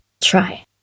Try